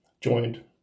joined